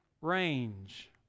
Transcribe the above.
range